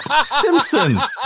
Simpsons